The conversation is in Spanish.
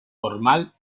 formal